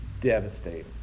Devastating